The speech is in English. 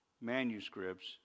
manuscripts